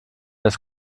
das